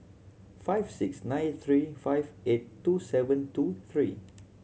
five six nine three five eight two seven two three